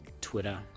Twitter